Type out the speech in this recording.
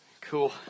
Cool